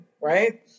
right